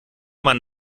man